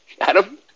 Adam